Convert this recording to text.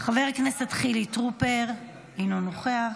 חבר הכנסת חילי טרופר, אינו נוכח,